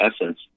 essence